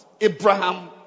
Abraham